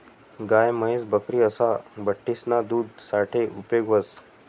गाय, म्हैस, बकरी असा बठ्ठीसना दूध साठे उपेग व्हस